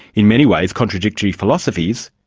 in many ways contradictory philosophies,